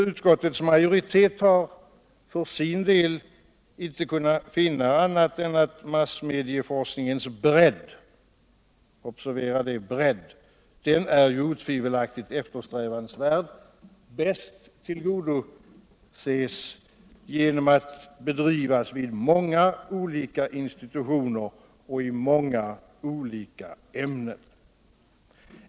Utskoutsmajoriteten har för sin del inte kunnat finna annat än att massmedieforskningens bredd — observera bredd, en sådan är otvivelaktigt eftersträvansvärd — bäst tillgodoses genom att forskningen bedrivs vid många — Nr 150 olika institutioner och i många olika ämnen.